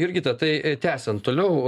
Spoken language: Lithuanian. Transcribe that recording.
jurgita tai tęsiant toliau